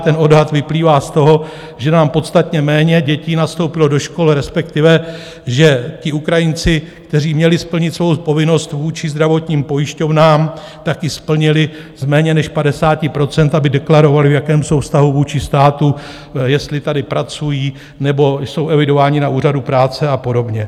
Ten odhad vyplývá z toho, že nám podstatně méně dětí nastoupilo do škol, respektive že ti Ukrajinci, kteří měli splnit svou povinnost vůči zdravotním pojišťovnám, tak ji splnili z méně než 50 % procent, aby deklarovali, v jakém jsou vztahu vůči státu, jestli tady pracují nebo jsou evidováni na úřadu práce a podobně.